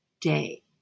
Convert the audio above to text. day